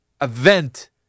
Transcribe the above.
event